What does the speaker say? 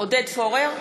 עודד פורר,